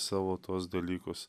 savo tuos dalykus